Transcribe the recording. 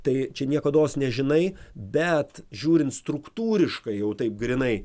tai čia niekados nežinai bet žiūrint struktūriškai jau taip grynai